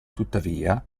tuttavia